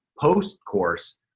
post-course